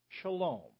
shalom